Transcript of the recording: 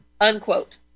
unquote